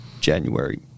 January